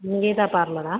Nivetha பார்லரா